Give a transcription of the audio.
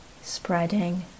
spreading